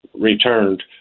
returned